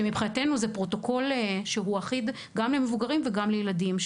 כשמבחינתנו זהו פרוטוקול שהוא אחיד גם למבוגרים וגם לילדים.